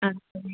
ਹਾਂਜੀ